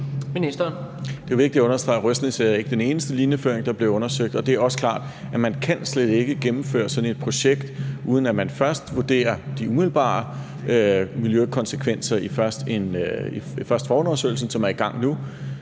Det er vigtigt at understrege, at Røsnæs ikke er den eneste linjeføring, der bliver undersøgt, og det er også klart, at man slet ikke kan gennemføre sådan et projekt, uden at man først vurderer de umiddelbare miljøkonsekvenser i forundersøgelsen, som er i gang nu.